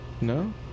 No